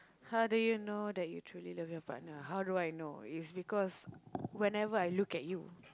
how do you know that you truly love your partner how do I know is because whenever I look at you